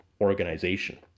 organization